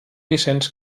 vicenç